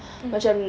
mm